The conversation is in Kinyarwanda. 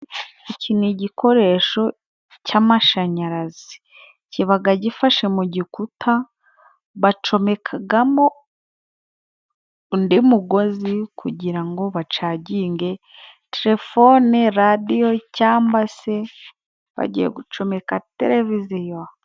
Iki ni igikoresho cy'amashanyarazi. Kibaga gifashe mu gikuta bacomekaga mo undi mugozi, kugira ngo bacaginge telefone, radiyo cyamba se bagiye gucomeka televiziyo.